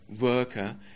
worker